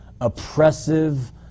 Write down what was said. Oppressive